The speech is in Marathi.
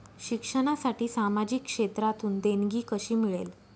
शिक्षणासाठी सामाजिक क्षेत्रातून देणगी कशी मिळेल?